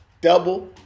double